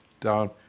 down